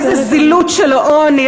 איזה זילות של העוני,